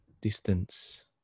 distance